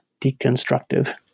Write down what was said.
deconstructive